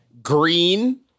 Green